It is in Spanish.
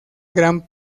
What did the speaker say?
gran